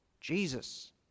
Jesus